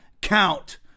count